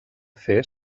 fer